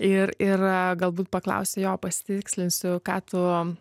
ir ir galbūt paklausiu jo pasitikslinsiu ką tu